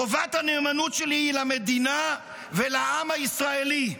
חובת הנאמנות שלי היא למדינה ולעם הישראלי,